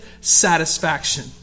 satisfaction